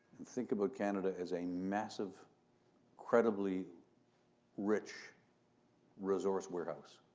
and think about canada as a massive incredibly rich resource warehouse